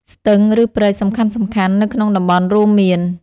ស្ទឹង ឬព្រែកសំខាន់ៗនៅក្នុងតំបន់រួមមាន: